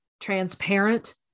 transparent